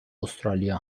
استرالیا